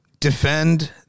Defend